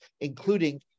including